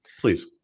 please